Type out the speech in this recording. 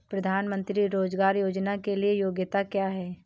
प्रधानमंत्री रोज़गार योजना के लिए योग्यता क्या है?